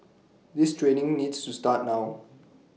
this training needs to start now